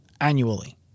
annually